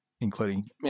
including